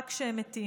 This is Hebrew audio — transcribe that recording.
רק כשהם מתים.